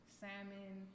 salmon